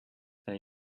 they